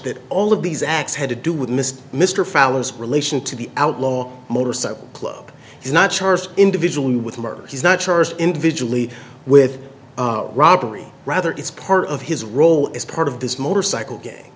that all of these acts had to do with mr mr fallows relation to the outlaw motorcycle club he's not charged individual with murder he's not charged individually with robbery rather it's part of his role as part of this motorcycle ga